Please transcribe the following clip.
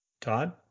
Todd